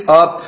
up